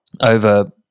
Over